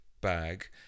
bag